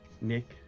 Nick